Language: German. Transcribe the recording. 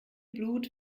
blut